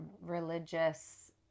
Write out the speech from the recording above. religious